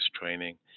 training